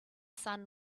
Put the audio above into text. sun